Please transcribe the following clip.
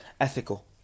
ethical